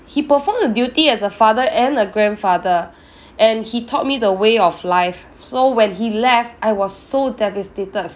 he performed a duty as a father and a grandfather and he taught me the way of life so when he left I was so devastated